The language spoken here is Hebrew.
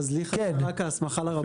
אז לי חסרה רק ההסמכה לרבנות.